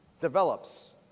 develops